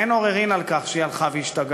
אין עוררין על כך שהיא הלכה והשתגעה,